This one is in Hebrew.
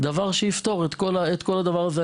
וזה יפתור את כל הדבר הזה.